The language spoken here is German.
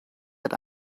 hat